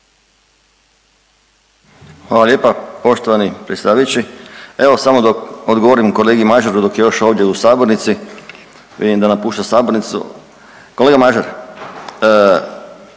Hvala lijepa poštovani predsjedavajući. Evo samo da odgovorim kolegi Mažaru dok je još ovdje u sabornici, vidim da napušta sabornicu. Kolega Mažar